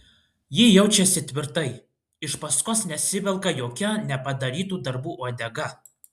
ji jaučiasi tvirtai iš paskos nesivelka jokia nepadarytų darbų uodega